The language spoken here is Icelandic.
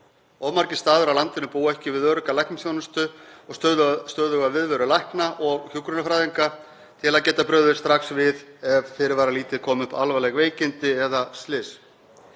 margir staðir á landinu búa ekki við örugga læknisþjónustu og stöðuga viðveru lækna og hjúkrunarfræðinga til að geta brugðist strax við ef fyrirvaralítið koma upp alvarleg veikindi eða slys.